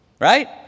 Right